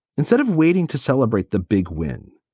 instead of waiting to celebrate the big win,